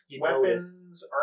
Weapons